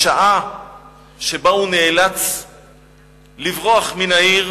בשעה שבה הוא נאלץ לברוח מן העיר